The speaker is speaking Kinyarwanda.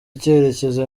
icyerekezo